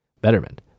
Betterment